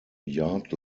yard